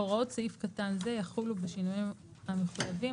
הוראות סעיף קטן זה יחולו בשינויים המחוייבים